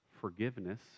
forgiveness